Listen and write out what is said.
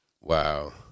Wow